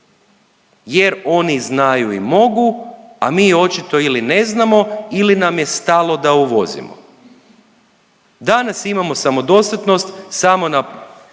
jer oni znaju i mogu, a mi očito ili ne znamo ili nam je stalo da uvozimo. Danas imamo samodostatnost samo na